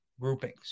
groupings